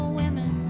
women